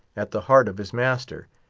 at the heart of his master,